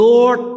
Lord